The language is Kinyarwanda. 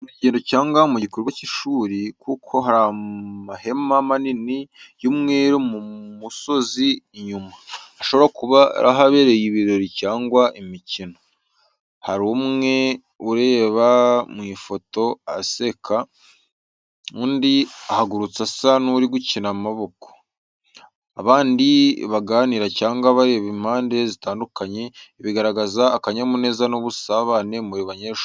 Urugendo cyangwa mu gikorwa cy’ishuri, kuko hari n’amahema manini y’umweru mu musozi inyuma, ashobora kuba ari ahabereye ibirori cyangwa imikino. Hari umwe ureba mu ifoto aseka, undi ahagurutse asa n’uri gukina n’amaboko, abandi baganira cyangwa bareba impande zitandukanye. Ibi bigaragaza akanyamuneza n’ubusabane mu banyeshuri.